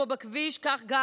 כך גם במנהיגות.